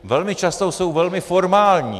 Velmi často jsou velmi formální.